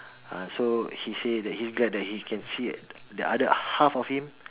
ah so he say that he's glad that he can see the other half of him